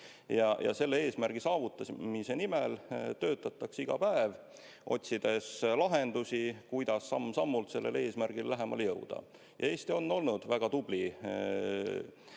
ja selle eesmärgi saavutamise nimel töötatakse iga päev, otsides lahendusi, kuidas samm-sammult sellele eesmärgile lähemale jõuda. Eesti on olnud väga tubli